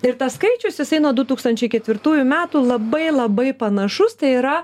ir tas skaičius jisai nuo du tūkstančiai ketvirtųjų metų labai labai panašus tai yra